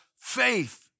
faith